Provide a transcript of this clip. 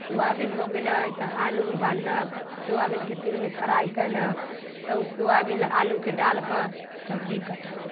soybean हो गेलै तऽ आलू उबाललक सोयाबीनके तेलमे फ्राइ कयलक तब सोयाबीन आलूके डालि कऽ सब्जी कटलक